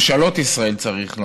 ממשלות ישראל, צריך לומר,